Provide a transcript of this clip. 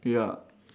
ya